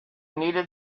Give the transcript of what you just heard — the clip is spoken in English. needed